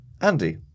Andy